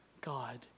God